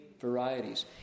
varieties